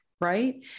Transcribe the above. right